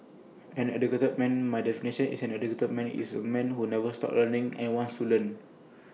an educated man My definition of an educated man is A man who never stops learning and wants to learn